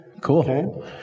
Cool